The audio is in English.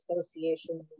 association